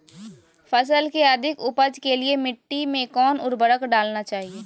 फसल के अधिक उपज के लिए मिट्टी मे कौन उर्वरक डलना चाइए?